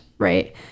Right